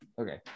okay